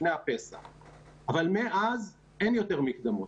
אבל מאז אין יותר מקדמות,